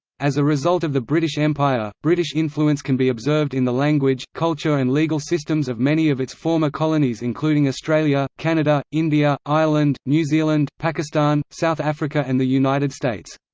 as a result of the british empire, british influence can be observed in the language, culture and legal systems of many of its former colonies including australia, canada, india, ireland, new zealand, pakistan, south africa and the united states.